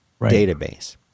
database